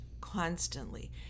constantly